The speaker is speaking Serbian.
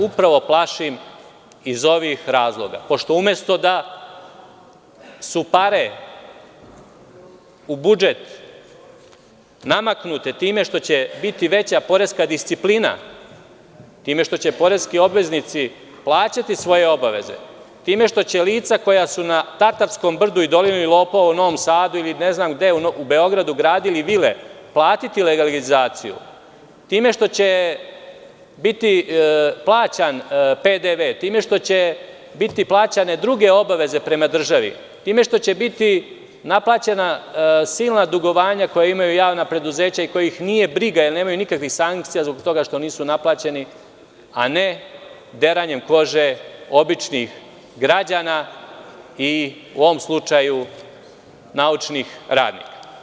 Upravo se plašim iz ovih razloga, pošto umesto da su pare u budžet namaknute time što će biti veća poreska disciplina, time što će poreski obveznici plaćati svoje obaveze, time što će lica koja su na Tatarskom brdu i „Dolini lopova“ u Novom Sadu, ne znam gde, u Beogradu gradili vile, platiti legalizaciju, time što će biti plaćen PDV, time što će biti plaćane druge obaveze prema državi, time što će biti naplaćena silna dugovanja koja imaju javna preduzeća i kojih nije briga, jer nemaju nikakvih sankcija zbog toga što nisu naplaćene, a ne deranjem kože običnih građana i u ovom slučaju naučnih radnika.